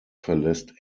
verlässt